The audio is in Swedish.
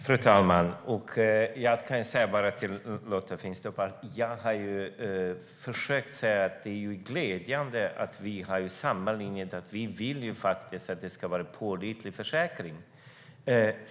Fru talman! Jag vill säga till Lotta Finstorp att jag ju har sagt att det är glädjande att vi är inne på samma linje. Vi vill att det ska vara en pålitlig försäkring.